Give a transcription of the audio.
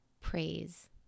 praise